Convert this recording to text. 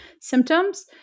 symptoms